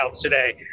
today